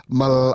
mal